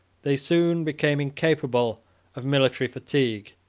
they soon became incapable of military fatigue,